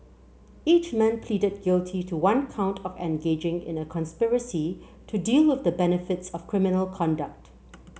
each man pleaded guilty to one count of engaging in a conspiracy to deal with the benefits of criminal conduct